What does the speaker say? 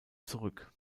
zurück